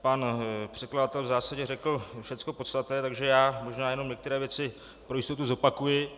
Pan předkladatel v zásadě řekl všechno podstatné, takže já možná jenom některé věci pro jistotu zopakuji.